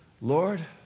Lord